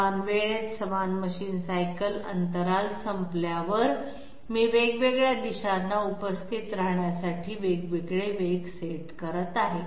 समान वेळेत समान मशिन सायकल अंतराल संपल्यावर मी वेगवेगळ्या दिशांना उपस्थित राहण्यासाठी वेगवेगळे वेग सेट करत आहे